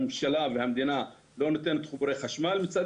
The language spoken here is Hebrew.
הממשלה והמדינה לא נותנת חיבורי חשמל מצד